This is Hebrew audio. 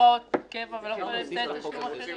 הוראות קבע ולא כולל אמצעי תשלום אחרים.